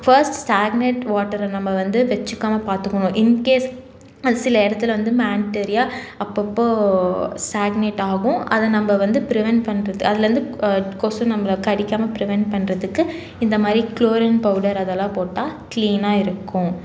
first stagnant வாட்டரை நம்ம வந்து வச்சிக்காமல் பார்த்துக்கணும் இன்கேஸ் அது சில இடத்துல வந்து மேனிடரியாக அப்பப்போ சாக்னேட் ஆகும் அதை நம்ம வந்து ப்ரிவென்ட் பண்ணுறது அதுலேருந்து கொசு நம்மள கடிக்காமல் ப்ரிவென்ட் பண்ணுறத்துக்கு இந்த மாதிரி குளோரின் பவுடர் அதெல்லாம் போட்டால் க்ளீனாக இருக்கும்